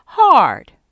hard